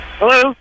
Hello